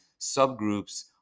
subgroups